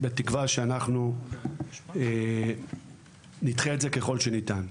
בתקווה שאנחנו נדחה את זה ככל שניתן.